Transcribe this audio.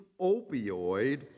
opioid